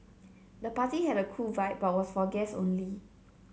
the party had a cool vibe but was for guests only